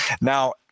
now